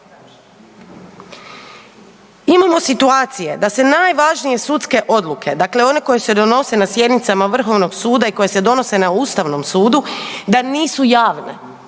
Imamo situacije da se najvažnije sudske odluke dakle one koje se donose na sjednicama VSRH i koje se donose na Ustavnom sudu, da nisu javne.